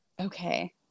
Okay